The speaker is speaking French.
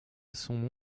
son